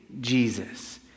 Jesus